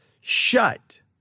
shut